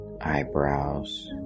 eyebrows